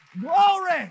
Glory